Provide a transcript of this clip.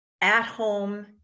at-home